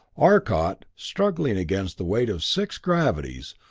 arcot, struggling against the weight of six gravities,